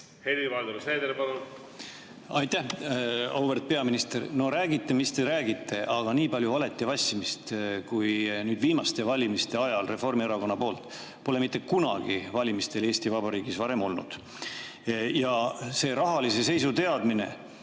Helir-Valdor Seeder, palun! Aitäh! Auväärt peaminister! Räägite, mis te räägite, aga nii palju valet ja vassimist kui viimaste valimiste ajal Reformierakonna poolt pole mitte kunagi valimistel Eesti Vabariigis varem olnud. Rahalise seisu teadmine